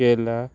केला